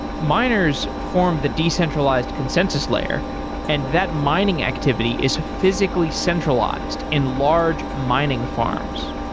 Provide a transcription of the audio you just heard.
miners form the decentralized consensus layer and that mining activity is physically centralized in large mining farms.